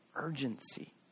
urgency